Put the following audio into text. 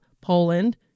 Poland